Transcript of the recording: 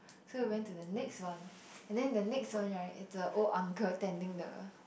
so we went to the next one and then the next one right is a old uncle tending the